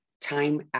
Time